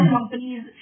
companies